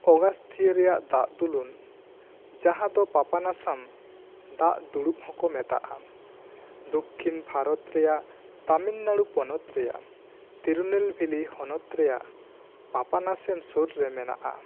ᱚᱜᱟᱥᱛᱷᱤᱭᱟᱹ ᱨᱮᱭᱟᱜ ᱫᱟᱜ ᱫᱩᱱᱩᱞ ᱡᱟᱦᱟᱸ ᱫᱚ ᱯᱟᱯᱟᱱᱟᱥᱟᱢ ᱫᱟᱜ ᱫᱩᱲᱩᱵ ᱦᱚᱸᱠᱚ ᱢᱮᱛᱟᱜᱼᱟ ᱫᱚᱠᱠᱷᱤᱱ ᱵᱷᱟᱨᱚᱛ ᱨᱮᱭᱟᱜ ᱛᱟᱢᱤᱞᱱᱟᱲᱩ ᱯᱚᱱᱚᱛ ᱨᱮᱭᱟᱜ ᱛᱤᱨᱩᱱᱮᱞ ᱵᱷᱮᱞᱤ ᱦᱚᱱᱚᱛ ᱨᱮᱭᱟᱜ ᱯᱟᱯᱟᱱᱟᱥᱮᱢ ᱥᱩᱨ ᱨᱮ ᱢᱮᱱᱟᱜᱼᱟ